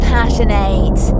Passionate